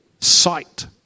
sight